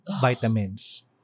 vitamins